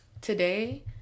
Today